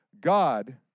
God